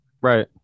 Right